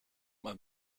mal